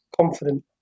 Confident